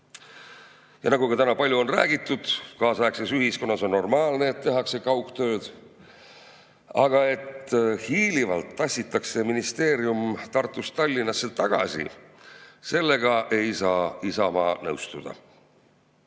Nagu ka täna on palju räägitud, kaasaegses ühiskonnas on normaalne, et tehakse kaugtööd. Aga sellega, et hiilivalt tassitakse ministeerium Tartust Tallinnasse tagasi, ei saa Isamaa nõustuda.